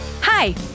Hi